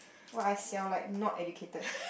!wah! I xiao like not educated